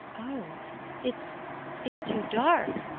oh it's it's too dark,